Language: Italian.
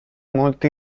molti